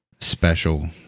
special